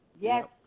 Yes